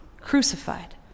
crucified